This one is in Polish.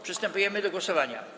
Przystępujemy do głosowania.